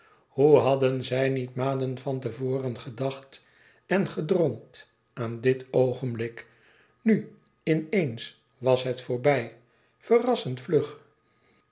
hoe hadden zij niet maanden van te voren gedacht en gedroomd aan dit oogenblik nu in eens was het voorbij verrassend vlug